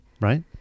Right